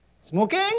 smoking